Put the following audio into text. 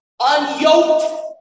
unyoked